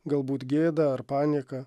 galbūt gėdą ar panieką